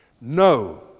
No